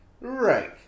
Right